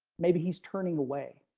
maybe he's turning away.